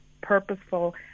purposeful